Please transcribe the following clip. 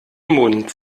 mund